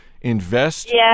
invest